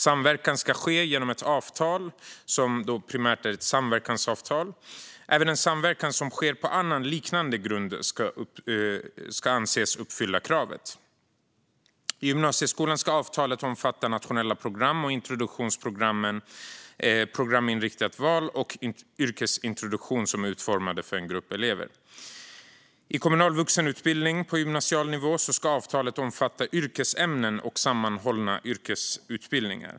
Samverkan ska ske genom ett avtal, ett så kallat primärt samverkansavtal. Även en samverkan som sker på annan liknande grund ska anses uppfylla kravet. I gymnasieskolan ska avtalet omfatta nationella program och introduktionsprogrammen programinriktat val och yrkesintroduktion, som är utformade för en grupp elever. I kommunal vuxenutbildning på gymnasial nivå ska avtalet omfatta yrkesämnen och sammanhållna yrkesutbildningar.